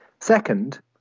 Second